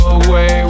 away